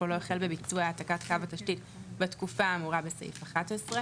או לא החל בביצוע העתקת קו התשתית בתקופה האמורה בסעיף (11).